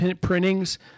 printings